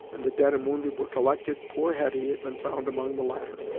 and the dead and wounded were collected, poor hetty had been found among the latter.